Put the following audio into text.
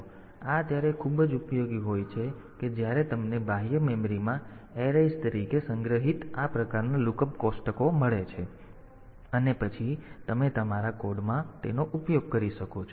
તેથી આ ત્યારે ખૂબ જ ઉપયોગી હોય છે કે જ્યારે તમને બાહ્ય મેમરીમાં અરે તરીકે સંગ્રહિત આ પ્રકારના લુક અપ કોષ્ટકો મળે છે અને પછી તમે તમારા કોડમાં તેનો ઉપયોગ કરી શકો છો